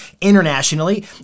internationally